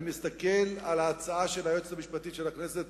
אני מסתכל על ההצעה של היועצת המשפטית של הכנסת